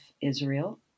Israel